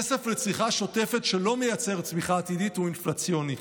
כסף לצריכה שוטפת שלא מייצר צמיחה עתידית הוא אינפלציוני.